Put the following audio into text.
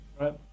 right